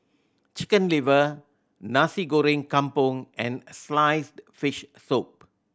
Chicken Liver Nasi Goreng Kampung and sliced fish soup